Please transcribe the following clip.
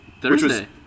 Thursday